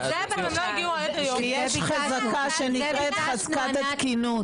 --- יש חזקה שנקראת חזקת התקינות.